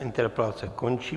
Interpelace končí.